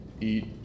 eat